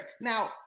Now